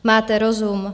Máte rozum?